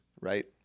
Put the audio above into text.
right